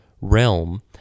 realm